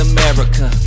America